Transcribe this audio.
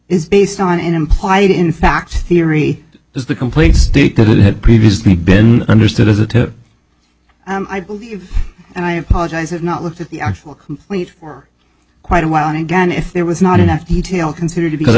is based on an implied in fact theory is the complete stick that it had previously been understood as a tip i believe and i apologize if not looked at the actual complete for quite a while and again if there was not enough detail considered because